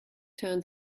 turn